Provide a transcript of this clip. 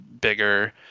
bigger